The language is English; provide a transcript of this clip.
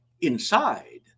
inside